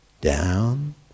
down